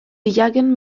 jagen